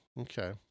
Okay